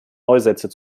neusätze